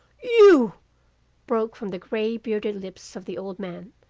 you broke from the gray-bearded lips of the old man,